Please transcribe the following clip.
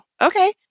okay